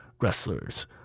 wrestlers